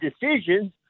decisions